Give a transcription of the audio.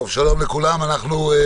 שלום לכולם, אני מתכבד לפתוח את הדיון.